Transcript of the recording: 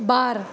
बार